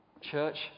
church